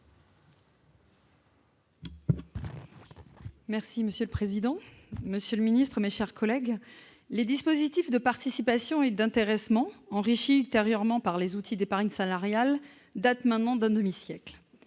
Monsieur le président, monsieur le secrétaire d'État, mes chers collègues, les dispositifs de participation et d'intéressement, enrichis ultérieurement par les outils d'épargne salariale, datent maintenant d'un demi-siècle.